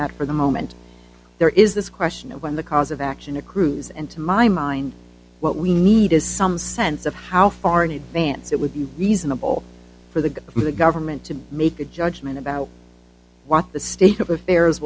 that for the moment there is this question of when the cause of action accrues and to my mind what we need is some sense of how far in advance it would be reasonable for the government to make a judgment about what the state of affairs